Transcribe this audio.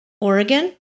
Oregon